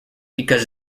because